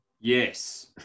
Yes